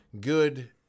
good